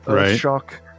Shock